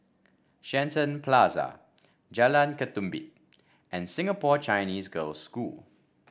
Shenton Plaza Jalan Ketumbit and Singapore Chinese Girls' School